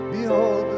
Behold